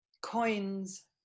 coins